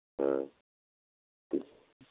हाँ ठीक